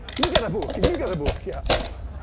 you get a book, and you get a book. yeah